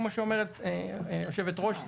כמו שאומרת היושבת ראש,